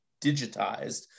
digitized